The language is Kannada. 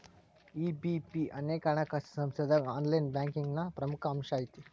ಇ.ಬಿ.ಪಿ ಅನೇಕ ಹಣಕಾಸಿನ್ ಸಂಸ್ಥಾದಾಗ ಆನ್ಲೈನ್ ಬ್ಯಾಂಕಿಂಗ್ನ ಪ್ರಮುಖ ಅಂಶಾಐತಿ